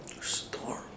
Storm